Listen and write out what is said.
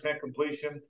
completion